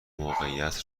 موقعیت